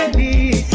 be